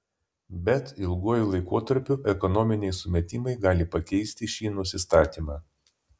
bet ilguoju laikotarpiu ekonominiai sumetimai gali pakeisti šį nusistatymą